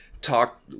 talk